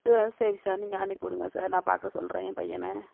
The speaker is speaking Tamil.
சரி சார் நீங்கள் அனுப்பிவிடுங்க சார் நான் பார்க்க சொல்கிறேன் என் பையனை